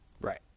Right